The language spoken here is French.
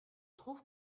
trouve